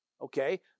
Okay